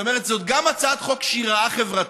זאת אומרת, זאת גם הצעת חוק שהיא רעה חברתית,